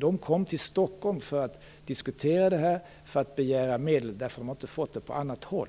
De kom till Stockholm för att diskutera det här och för att begära medel, därför att de inte har fått det på annat håll.